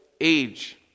age